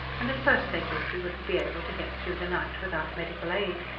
and at first they thought he would be able to get through the night without medical aid.